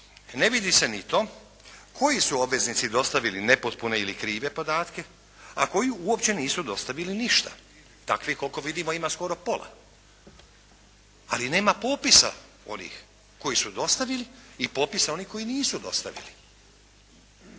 ne vidi se ni to koji su obveznici dostavili nepotpune ili krive podatke a koji uopće nisu dostavili ništa. Takvih koliko vidimo ima skoro pola, ali nema popisa onih koji su dostavili i popisa onih koji nisu dostavili.